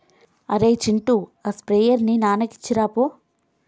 అరేయ్ చింటూ ఆ స్ప్రేయర్ ని నాన్నకి ఇచ్చిరాపో